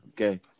Okay